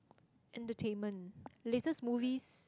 entertainment latest movies